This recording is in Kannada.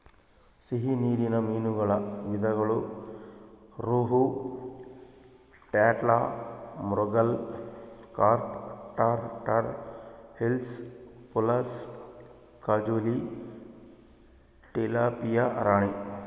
ಸಿಹಿ ನೀರಿನ ಮೀನುಗಳ ವಿಧಗಳು ರೋಹು, ಕ್ಯಾಟ್ಲಾ, ಮೃಗಾಲ್, ಕಾರ್ಪ್ ಟಾರ್, ಟಾರ್ ಹಿಲ್ಸಾ, ಪುಲಸ, ಕಾಜುಲಿ, ಟಿಲಾಪಿಯಾ ರಾಣಿ